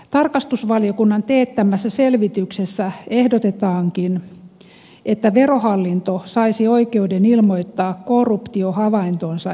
tarkastusvaliokunnan teettämässä selvityksessä ehdotetaankin että verohallinto saisi oikeuden ilmoittaa korruptiohavaintonsa esitutkintaviranomaiselle